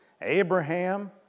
Abraham